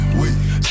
wait